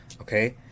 Okay